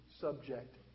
subject